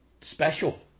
special